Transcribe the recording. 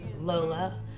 lola